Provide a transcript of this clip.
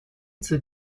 zur